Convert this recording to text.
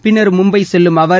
பின்னர் மும்பை செல்லும் அவர்